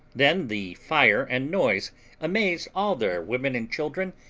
then the fire and noise amazed all their women and children,